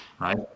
right